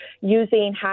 using